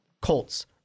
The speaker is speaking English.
Colts